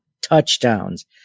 touchdowns